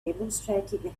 demonstrating